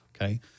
Okay